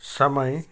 समय